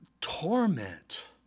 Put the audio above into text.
torment